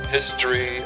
History